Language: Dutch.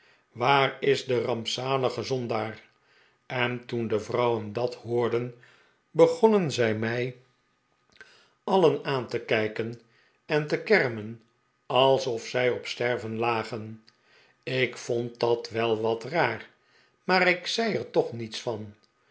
waar is de rampzalige zondaar en toen de vrouwen dat hoorden begonnen zij mij alien aan te kijken en te kermen alsof zij op sterven lagen ik vond dat wel wat raar maar ik zei er toch niets van